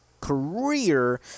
career